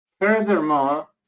Furthermore